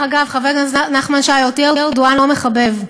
דרך אגב, חבר הכנסת נחמן שי, אותי ארדואן לא מחבב.